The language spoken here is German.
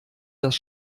das